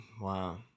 wow